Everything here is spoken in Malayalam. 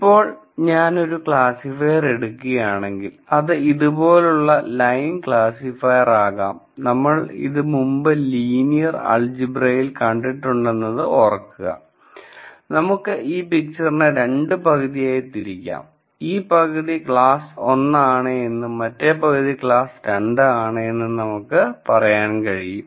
ഇപ്പോൾ ഞാൻ ഒരു ക്ലാസിഫയർ എടുക്കുകയാണെങ്കിൽ അത് ഇതുപോലുള്ള ലൈൻ ക്ലാസിഫയർ ആകാം നമ്മൾ ഇത് മുമ്പ് ലീനിയർ ആൾജിബ്രയിൽ കണ്ടിട്ടുണ്ടെന്ന് ഓർക്കുക നമുക്ക് ഈ പിക്ച്ചറിനെ രണ്ട് പകുതിയായി തിരിക്കാം ഈ പകുതി ക്ലാസ് 1 ആണെന്നും മറ്റേ പകുതി ക്ലാസ് 2 ആണെന്നും നമുക്ക് പറയാൻ കഴിയും